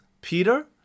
Peter